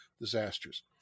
disasters